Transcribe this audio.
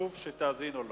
וחשוב שתאזינו לו.